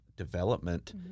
development